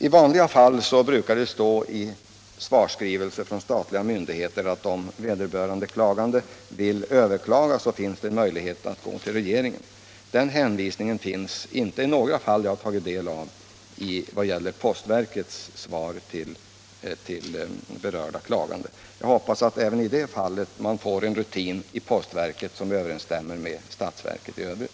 I vanliga fall brukar det stå i svars skrivelse från statliga myndigheter att om vederbörande klagande vill överklaga finns det möjligheter att gå till regeringen. Den hänvisningen finns inte i de fall jag har tagit del av vad gäller postverkets svar till berörda klagande. Jag hoppas att postverket även i det fallet får en rutin som överensstämmer med statsverkets i övrigt.